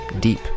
deep